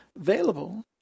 available